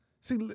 See